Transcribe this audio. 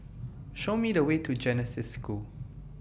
Show Me The Way to Genesis School